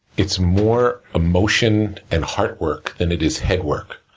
it's more emotion and heartwork than it is headwork.